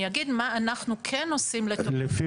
אני אגיד מה אנחנו כן עושים --- לפי